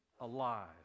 alive